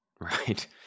Right